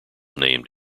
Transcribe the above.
named